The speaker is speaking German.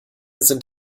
sind